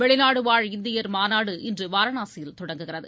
வெளிநாடுவாழ் இந்தியர் மாநாடு இன்று வாரணாசியில் தொடங்குகிறது